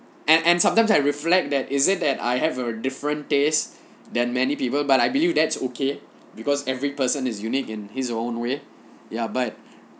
and and sometimes I reflect that is it that I have a different taste than many people but I believe that's okay because every person is unique in his own way ya but